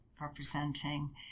representing